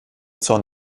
zorn